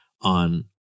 on